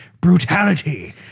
brutality